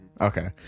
Okay